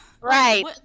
Right